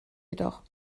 jedoch